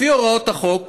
לפי הוראות החוק,